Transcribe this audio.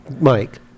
Mike